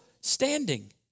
standing